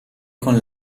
con